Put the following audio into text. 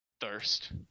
thirst